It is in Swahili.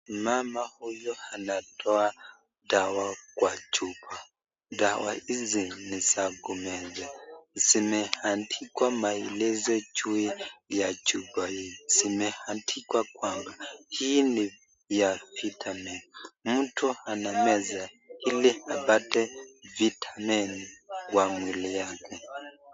Mama huyu anatoa dawa kwa chupa, dawa hizi ni za kumeza zimeandikwa maelezo juu ya chupa hizi imeandikwa hii ni ya vitamini mtu anaeza hili apate vitamini kwa mwili wake.